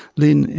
lynne,